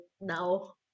now